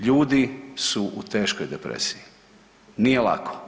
Ljudi su u teškoj depresiji, nije lako.